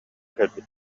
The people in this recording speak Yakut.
кэлбит